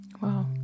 Wow